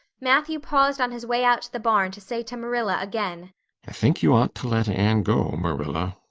matthew paused on his way out to the barn to say to marilla again i think you ought to let anne go, marilla.